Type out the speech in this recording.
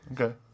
Okay